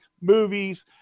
movies